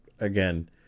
again